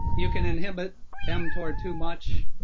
you can inhibit mtor too much,